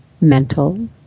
mental